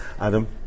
Adam